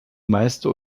meiste